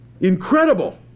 Incredible